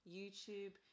YouTube